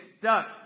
stuck